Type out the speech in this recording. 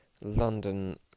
London